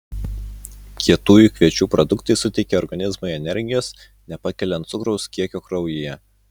kietųjų kviečių produktai suteikia organizmui energijos nepakeliant cukraus kiekio kraujyje